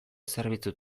zerbitzu